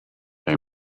they